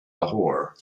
lahore